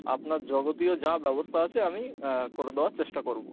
আপনার যাবতীয় যা ব্যবস্থা আছে আমি করে দেওয়ার চেষ্টা করব